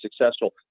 successful